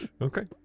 Okay